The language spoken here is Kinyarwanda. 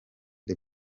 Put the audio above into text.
the